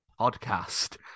podcast